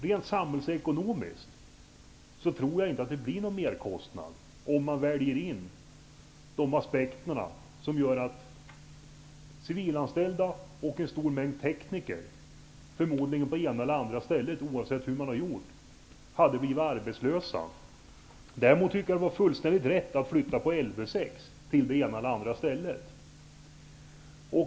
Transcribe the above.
Rent samhällsekonomiskt tror jag inte att det blir någon merkostnad om man väger in aspekterna att civilanställda och en stor mängd tekniker på ena eller andra stället förmodligen skulle bli arbetslösa, oavsett hur man gör. Däremot tycker jag att det var fullständigt rätt att flytta på Lv 6.